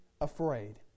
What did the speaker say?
afraid